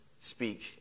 speak